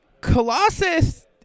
Colossus